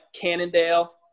Cannondale